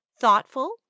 Thoughtful